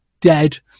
dead